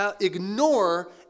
ignore